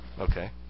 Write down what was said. Okay